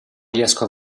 riesco